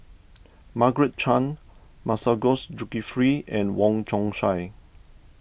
Margaret Chan Masagos Zulkifli and Wong Chong Sai